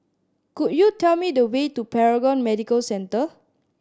could you tell me the way to Paragon Medical Centre